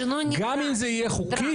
גם אם זה יהיה חוקי.